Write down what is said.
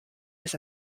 his